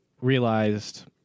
realized